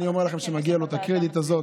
אני אומר לכם שמגיע לו הקרדיט הזה.